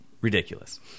Ridiculous